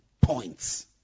points